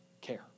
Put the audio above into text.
care